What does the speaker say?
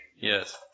Yes